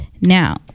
Now